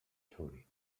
tony